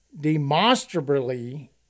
demonstrably